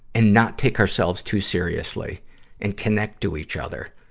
and not take ourselves too seriously and connect to each other,